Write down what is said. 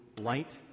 light